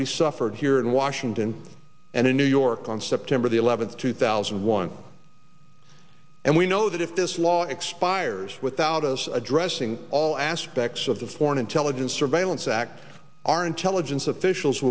we suffered here in washington and in new york on september the eleventh two thousand and one and we know that if this law expires without us addressing all aspects of the foreign intelligence surveillance act our intelligence officials w